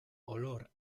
olor